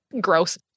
gross